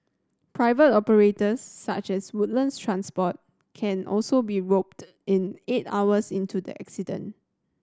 private operators such as Woodlands Transport can also be roped in eight hours into the incident